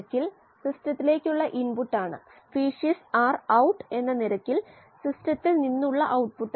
ഇവിടെ ഫ്ലക്സ് നോക്കാം ഇവിടെ കാര്യങ്ങൾ എളുപ്പമാണ് ഇവിടെ ഫ്ലക്സിന് ഒരു എഞ്ചിനീയറിംഗ് അർത്ഥമാണ്